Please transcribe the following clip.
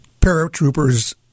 paratroopers